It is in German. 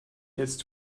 jetzt